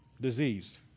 disease